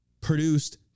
produced